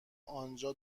انجا